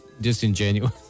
disingenuous